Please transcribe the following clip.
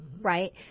right